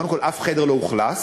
קודם כול, אף חדר לא אוכלס.